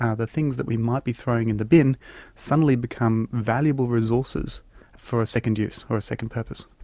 ah the things that we might be throwing in the bin suddenly become valuable resources for a second use or a second purpose.